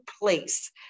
place